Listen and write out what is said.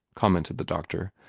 commented the doctor.